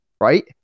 Right